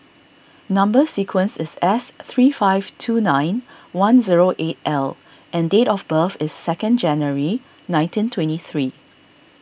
Number Sequence is S three five two nine one zero eight L and date of birth is second January nineteen twenty three